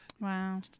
Wow